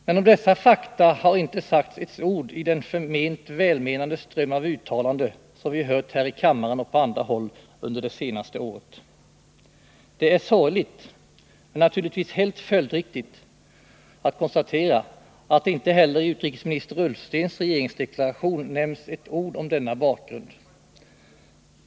Men om dessa fakta har inte sagts ett ord i den förment välmenande ström av uttalanden som vi hört här i kammaren och på andra håll under det senaste året. Det är sorgligt att konstatera — men naturligtvis helt följdriktigt — att det inte heller i utrikesminister Ullstens regeringsdeklaration nämns ett ord om denna bakgrund.